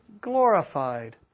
glorified